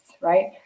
right